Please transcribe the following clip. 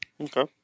Okay